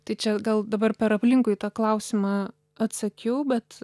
tai čia gal dabar per aplinkui tą klausimą atsakiau bet